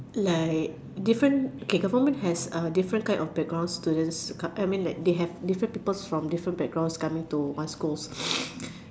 like different okay government has a different background students I mean they have different people coming from different backgrounds coming to one school